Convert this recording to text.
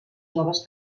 noves